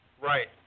Right